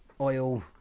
oil